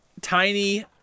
tiny